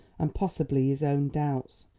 and possibly his own doubts.